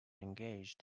engaged